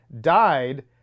died